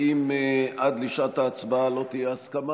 אם עד לשעת ההצבעה לא תהיה הסכמה,